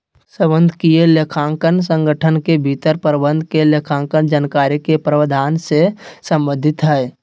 प्रबंधकीय लेखांकन संगठन के भीतर प्रबंधक के लेखांकन जानकारी के प्रावधान से संबंधित हइ